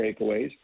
breakaways